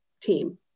team